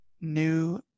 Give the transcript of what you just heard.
new